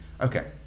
okay